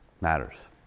matters